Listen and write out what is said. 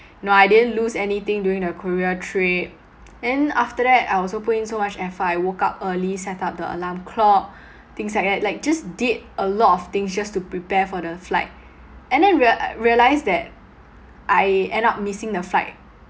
no I didn't lose anything during the korea trip then after that I also put in so much effort I woke up early set up the alarm clock things like that like just did a lot of things just to prepare for the flight and then rea~ realised that I end up missing the flight